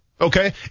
okay